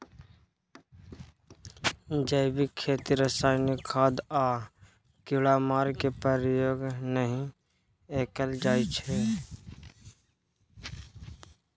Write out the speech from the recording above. जैबिक खेती रासायनिक खाद आ कीड़ामार केर प्रयोग नहि कएल जाइ छै